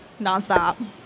nonstop